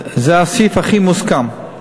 זה הסעיף הכי מוסכם.